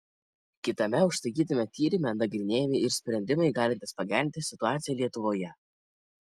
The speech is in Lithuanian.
kitame užsakytame tyrime nagrinėjami ir sprendimai galintys pagerinti situaciją lietuvoje